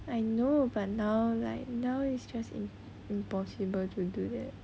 I know but now like now it's just in impossible to do that